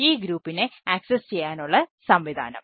ഈ ഗ്രൂപ്പിനെ ചെയ്യാനുള്ള സംവിധാനം